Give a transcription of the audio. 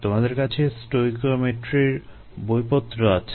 তোমাদের কাছে স্টয়কিওমেট্রির বইপত্র আছে